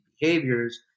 behaviors